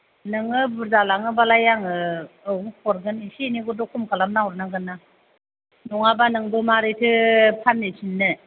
नोङो बुरजा लाङोबालाय आङो औ हरगोन एसे एनैखौथ' खम खालामना हरनांगोन ना नङाबा नोंबो माबोरैथो फानहैफिननो